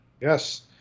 Yes